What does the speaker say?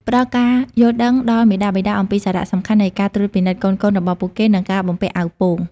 ផ្តល់ការយល់ដឹងដល់មាតាបិតាអំពីសារៈសំខាន់នៃការត្រួតពិនិត្យកូនៗរបស់ពួកគេ និងការបំពាក់អាវពោង។